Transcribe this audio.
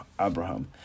Abraham